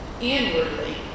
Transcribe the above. inwardly